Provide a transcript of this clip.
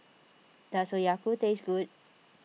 does Oyaku taste good